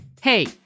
Hey